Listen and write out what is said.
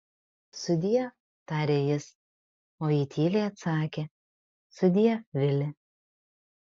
sudiev tarė jis o ji tyliai atsakė sudiev vili